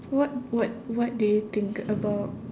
what what what do you think about